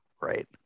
Right